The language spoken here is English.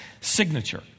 signature